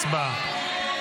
הצבעה.